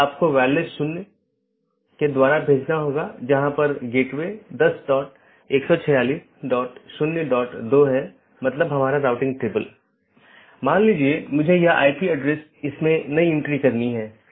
इसलिए पथ को गुणों के प्रकार और चीजों के प्रकार या किस डोमेन के माध्यम से रोका जा रहा है के रूप में परिभाषित किया गया है